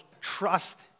trust